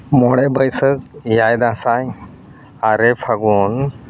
ᱢᱚᱬᱮ ᱵᱟᱹᱥᱟᱹᱠᱷ ᱮᱭᱟᱭ ᱫᱟᱸᱥᱟᱭ ᱟᱨᱮ ᱯᱷᱟᱹᱜᱩᱱ